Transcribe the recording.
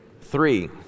Three